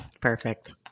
Perfect